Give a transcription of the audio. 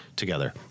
together